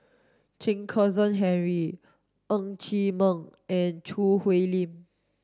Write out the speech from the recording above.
Chen Kezhan Henri Ng Chee Meng and Choo Hwee Lim